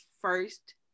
first